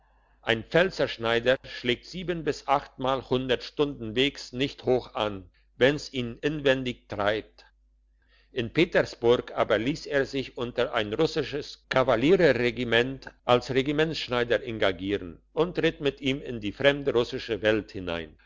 ein pfälzer schneider schlagt sieben bis achtmal hundert stunden wegs nicht hoch an wenn's ihn inwendig treibt in petersburg aber liess er sich unter ein russisches kavallerie regiment als regimentsschneider engagieren und ritt mit ihnen in die fremde russische welt hinein